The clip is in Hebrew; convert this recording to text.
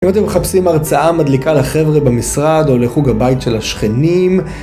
אם אתם מחפשים הרצאה מדליקה לחבר'ה במשרד או לחוג הבית של השכנים לכו תחפשו באינטרנט ״ הרצאה מגניבה לאנשי המשרד או לחוג הבית של השכנים ״